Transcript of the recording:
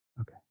Okay